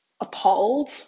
appalled